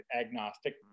agnostic